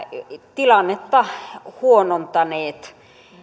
tilannetta huonontaneet